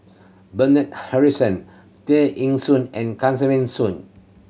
Bernard Harrison Tear Ee Soon and Kesavan Soon